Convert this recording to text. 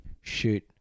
shoot